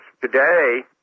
Today